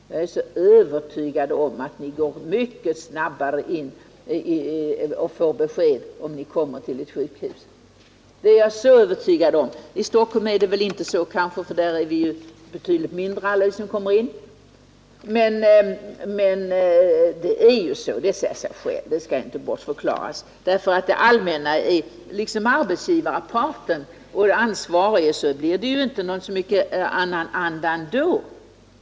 Jag är alldeles övertygad om att ni mycket snabbare får besked när ni vänder er till ett sjukhus än andra, I Stockholm är det kanske inte så, eftersom vi alla när vi tas in i så stora sammanhang blir betydligt mindre. Men att det ligger till på detta sätt är självfallet, och det skall inte bortförklaras. Det allmänna är ju arbetsgivarparten i detta sammanhang och har ansvaret för verksamheten. Men fortfarande råder samma anda som tidigare.